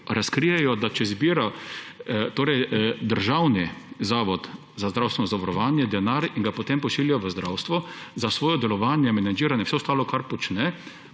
Razkrijejo, da če zbira državni zavod za zdravstveno zavarovanje denar in ga potem pošilja v zdravstvo za svoje delovanje, menedžiranje in vse ostalo, kar počne,